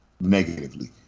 negatively